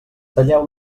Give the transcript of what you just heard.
talleu